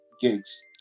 gigs